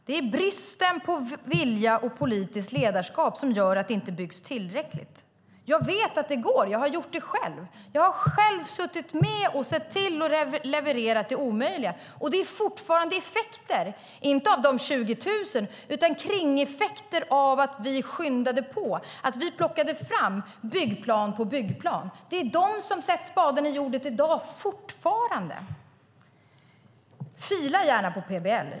Det är bristen på vilja och politiskt ledarskap som gör att det inte byggs tillräckligt. Jag vet att det går, jag har gjort det själv. Jag har själv suttit med och sett till att leverera det omöjliga. Det är fortfarande effekter av det, inte av de 20 000, utan kringeffekter av att vi skyndade på och plockade fram byggplan på byggplan. Det är de som sätter spaden i jorden i dag, fortfarande. Fila gärna på PBL.